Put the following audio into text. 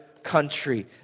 country